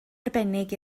arbennig